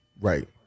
Right